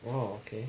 !wow! okay